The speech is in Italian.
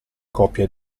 copia